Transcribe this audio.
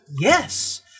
yes